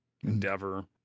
Endeavor